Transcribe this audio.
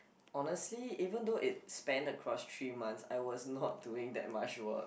honestly even though it spanned across three months I was not doing that much work